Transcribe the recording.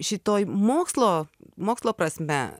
šitoj mokslo mokslo prasme